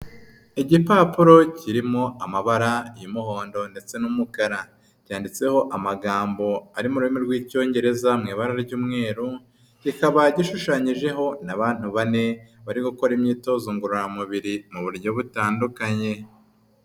Igipapuro kirimo amabara y'umuhondo ndetse n'umukara, cyanditseho amagambo ari mu rurimi rw'Icyongereza mu ibara ry'umweru, kikaba gishushanyijeho abantu bane bari gukora imyitozo ngororamubiri mu buryo butandukanye.